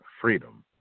freedom